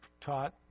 taught